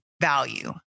value